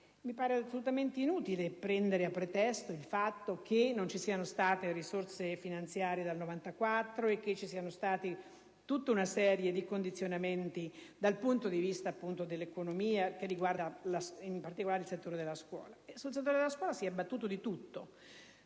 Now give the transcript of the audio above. Mi pare assolutamente inutile prendere a pretesto il fatto che non ci siano state risorse finanziarie dal 1994 e che ci sia stata tutta una serie di condizionamenti dal punto di vista dell'economia, con riguardo in particolare al settore della scuola. Sul settore della scuola si è abbattuto di tutto: